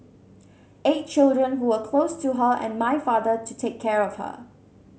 eight children who were close to her and my father to take care of her